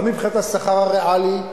גם מבחינת השכר הריאלי,